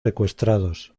secuestrados